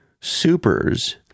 supers